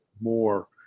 more